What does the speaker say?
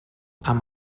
amb